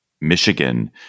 Michigan